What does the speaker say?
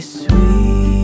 sweet